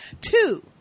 Two